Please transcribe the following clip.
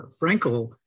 Frankel